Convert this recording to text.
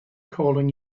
calling